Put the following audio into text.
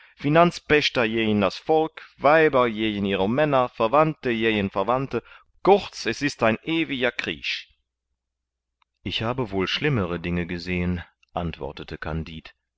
finanzpächter gegen das volk weiber gegen ihre männer verwandte gegen verwandte kurz es ist ein ewiger krieg ich habe wohl schlimmere dinge gesehen antwortete kandid